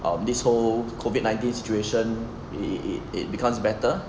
um this whole COVID nineteen situation it it becomes better